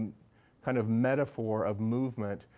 kind of metaphor of movement.